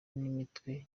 n’imitwe